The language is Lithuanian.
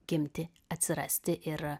gimti atsirasti ir